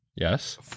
Yes